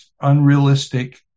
unrealistic